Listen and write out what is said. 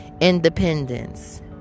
Independence